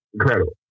incredible